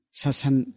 sasan